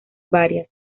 varias